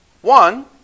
One